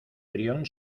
brión